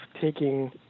taking